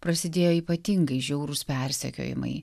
prasidėjo ypatingai žiaurūs persekiojimai